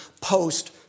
post